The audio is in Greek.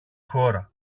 χώρα